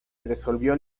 resolvió